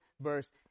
verse